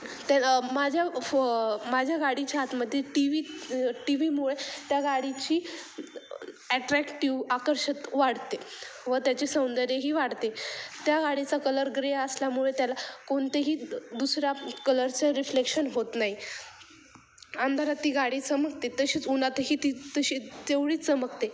त्या माझ्या फ माझ्या गाडीच्या आतमध्ये टी व्ही टी व्हीमुळे त्या गाडीची ॲट्रॅक्टिव आकर्षण वाढते व त्याची सौंदर्यही वाढते त्या गाडीचा कलर ग्रे असल्यामुळे त्याला कोणतेही दुसऱ्या कलरचं रिफ्लेक्शन होत नाही अंधारात ती गाडी चमकते तशीच उन्हातही ती तशी तेवढीच चमकते